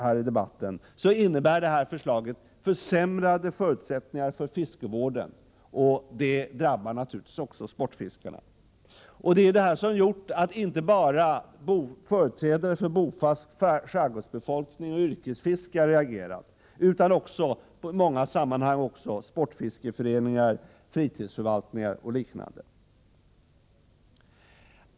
Förslaget innebär dessutom försämrade förutsättningar för fiskevården, och det drabbar naturligtvis också sportfiskarna. Det här har gjort att inte bara företrädare för bofast skärgårdsbefolkning och yrkesfiskare har reagerat utan också sportfiskeföreningar, fritidsförvaltningar och liknande.